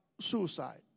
suicide